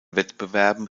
wettbewerben